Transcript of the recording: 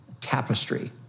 tapestry